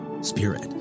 spirit